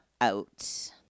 out